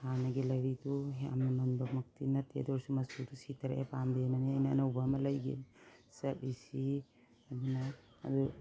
ꯍꯥꯟꯅꯒꯤ ꯂꯩꯔꯤꯕꯗꯨ ꯌꯥꯝꯅ ꯃꯟꯕ ꯃꯛꯇꯤ ꯅꯠꯇꯦ ꯑꯗꯨ ꯑꯣꯏꯔꯁꯨ ꯃꯆꯨꯗꯨ ꯁꯤꯊꯔꯛꯑꯦ ꯄꯥꯝꯗꯦꯅ ꯑꯩꯅ ꯑꯅꯧꯕ ꯑꯃ ꯂꯩꯒꯦ ꯆꯠꯂꯤꯁꯤ ꯑꯗꯨꯅ ꯑꯗꯨ